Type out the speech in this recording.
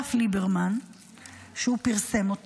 אסף ליברמן שהוא פרסם,